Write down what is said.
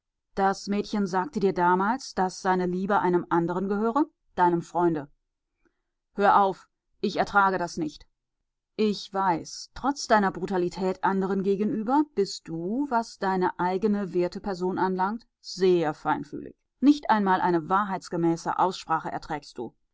das mädchen sagte dir damals daß seine liebe einem anderen gehöre deinem freunde hör auf ich ertrage das nicht ich weiß trotz deiner brutalität anderen gegenüber bist du was die eigene werte person anlangt sehr feinfühlig nicht einmal eine wahrheitsgemäße aussprache erträgst du